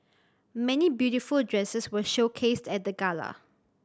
many beautiful dresses were showcased at the gala